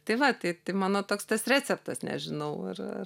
tai va tai tai mano toks tas receptas nežinau ar ar